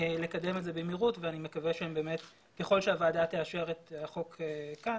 לקדם את זה במהירות ואני מקווה שככל שהוועדה תאשר את החוק כאן,